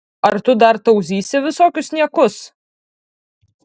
ar tu dar tauzysi visokius niekus